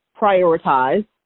prioritize